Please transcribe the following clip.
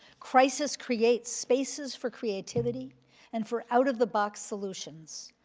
crisis creates spaces for creativity and for out of the box solutions,